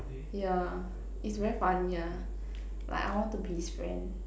yeah it's very funny ah like I want to be his friend